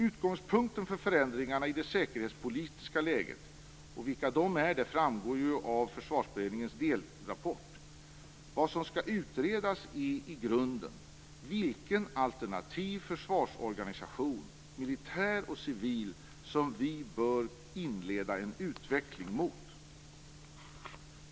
Utgångspunkten är förändringarna i det säkerhetspolitiska läget. Vilka dessa är framgår av Försvarsberedningens delrapport. Vad som skall utredas är i grunden vilken alternativ försvarsorganisation, militär och civil, som vi bör inleda en utveckling mot.